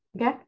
Okay